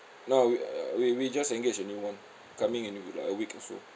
nah we uh we we just engaged only one coming in like a week or so